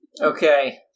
Okay